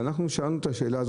ביקשנו אבל לא ספרו אותנו.